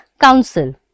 council